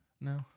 No